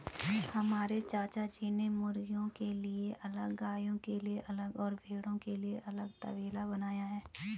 हमारे चाचाजी ने मुर्गियों के लिए अलग गायों के लिए अलग और भेड़ों के लिए अलग तबेला बनाया है